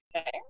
Okay